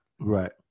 Right